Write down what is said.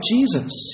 Jesus